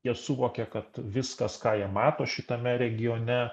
jie suvokė kad viskas ką jie mato šitame regione